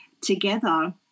together